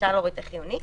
אפשר להוריד את "חיוני".